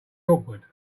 awkward